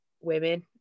women